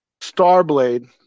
Starblade